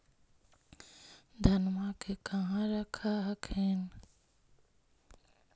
धनमा के कहा रख हखिन?